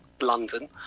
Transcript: London